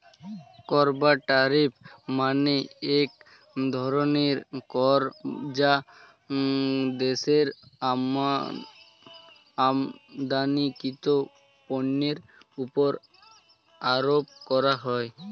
কর বা ট্যারিফ মানে এক ধরনের কর যা দেশের আমদানিকৃত পণ্যের উপর আরোপ করা হয়